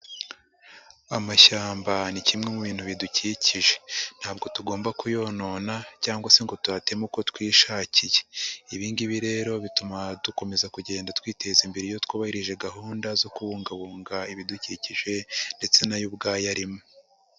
Amashyamba ni kimwe mu bintu bidukikije, ntabwo tugomba kuyonona cyangwa se ngo tuhateme uko twishakiye, ibi ngibi rero bituma dukomeza kugenda twiteza imbere iyo twubahirije gahunda zo kubungabunga ibidukikije ndetse na yo ubwayo arimo.